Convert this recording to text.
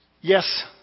Yes